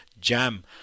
jam